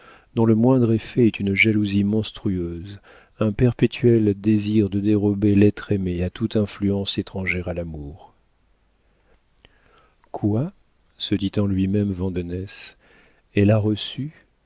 dont le moindre effet est une jalousie monstrueuse un perpétuel désir de dérober l'être aimé à toute influence étrangère à l'amour quoi se dit en lui-même vandenesse elle a reçu